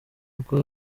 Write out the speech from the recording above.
kuko